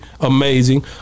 amazing